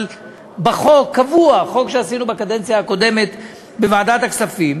אבל בחוק קבוע חוק שעשינו בקדנציה הקודמת בוועדת הכספים,